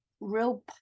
real